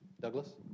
Douglas